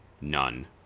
none